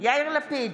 יאיר לפיד,